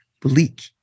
bleak